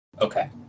Okay